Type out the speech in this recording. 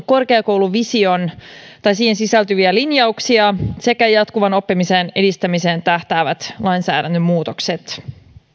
korkeakouluvisioon sisältyviä linjauksia sekä jatkuvan oppimisen edistämiseen tähtäävät lainsäädännön muutokset